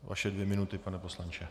Vaše dvě minuty, pane poslanče.